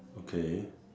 okay